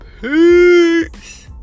peace